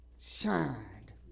shined